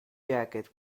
jacket